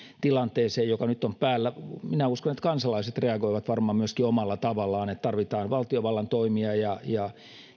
tilanteeseen joka nyt on päällä minä uskon että kansalaiset reagoivat varmaan myöskin omalla tavallaan eli tarvitaan valtiovallan toimia ja ja